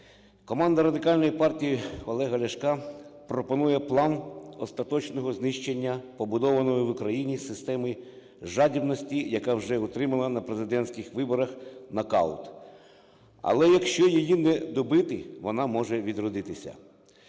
команда Радикальної партії Олега Ляшка пропонує план остаточного знищення побудованої в Україні системи жадібності, яка вже отримала на президентських виборах нокаут. Але якщо її не добити, вона може відродитися.